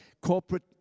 corporate